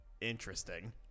interesting